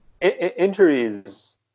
Injuries